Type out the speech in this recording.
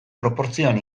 proportzioan